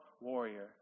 warrior